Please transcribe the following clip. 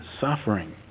suffering